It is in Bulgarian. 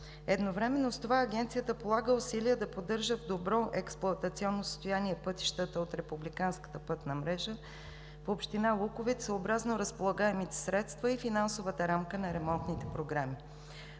Едновременно с това Агенцията полага усилия да поддържа в добро експлоатационно състояние пътищата от републиканската пътна мрежа в община Луковит, съобразно разполагаемите средства и финансовата рамка на ремонтните програми.